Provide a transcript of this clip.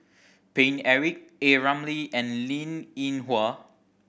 Paine Eric A Ramli and Linn In Hua